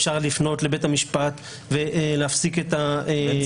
אפשר לפנות לבית המשפט ולהפסיק את -- יש